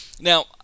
Now